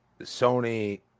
Sony